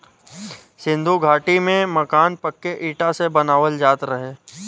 सिन्धु घाटी में मकान पक्के इटा से बनावल जात रहे